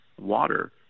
water